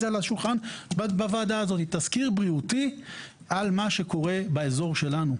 את זה על השולחן בוועדה הזאת על מה שקורה באזור שלנו.